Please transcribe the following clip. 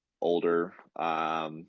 older